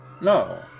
no